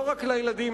לא רק לילדים,